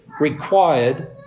required